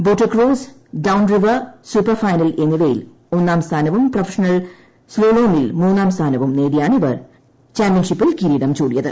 ബോട്ടർക്രോസ് down river super final എന്നിവയിൽ ഒന്നാംസ്ഥാനവും professional സ്താലോമിൽ മൂന്നാംസ്ഥാനവും നേടിയാണ് ഇവാൻ ചാംപ്യൻഷിപ്പിൽ കിരീടംചൂടിയത്